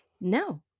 No